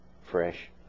fresh